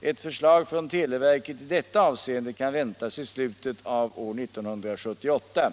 Ett förslag från televerket i detta avseende kan väntas i slutet av 1978.